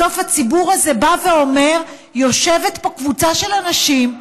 בסוף הציבור הזה בא ואומר: יושבת פה קבוצה של אנשים,